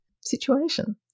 situation